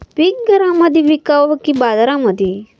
पीक घरामंदी विकावं की बाजारामंदी?